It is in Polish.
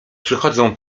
przechodzą